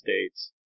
states